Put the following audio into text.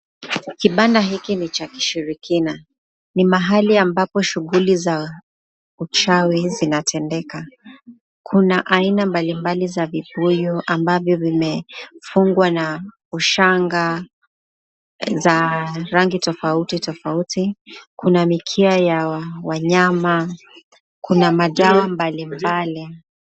Kibanda hiki ni cha kishirikina. Ni mahali ambapo shughuli za uchawi hutendeka. Kuna aina mbali mbali za vibuyu ambazo imefungwa na vishanga ya rangi tofauti tofauti. Kuna mikia ya wanyama, kuna madawa mbali mbali.